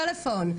הטלפון,